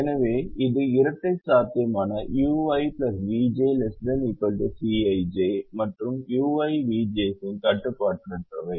எனவே இது இரட்டை சாத்தியமான ui vj ≤ Cij மற்றும் ui vj's கட்டுப்பாடற்றவை